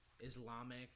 Islamic